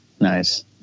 Nice